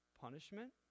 punishment